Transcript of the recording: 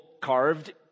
carved